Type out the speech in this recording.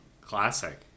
classic